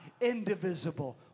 indivisible